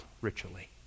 ritually